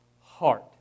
heart